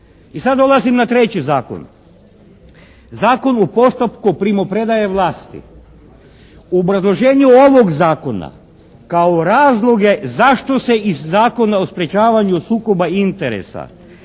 I sad dolazim na treći zakon. Zakon o postupku primopredaje vlasti. U obrazloženju ovog Zakona kao razloge zašto se iz Zakona o sprječavanju sukoba interesa